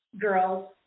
girls